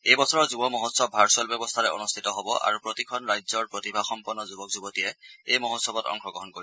এইবছৰৰ যুৱ মহোৎসৱ ভাৰ্চুৱেল ব্যৱস্থাৰে অনুষ্ঠিত হ'ব আৰু প্ৰতিখন ৰাজ্যৰ প্ৰতিভাসম্পন্ন যুৱক যুৱতীয়ে এই মহোৎসৱত অংশগ্ৰহণ কৰিব